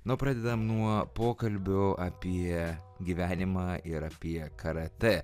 na o pradedam nuo pokalbių apie gyvenimą ir apie karatę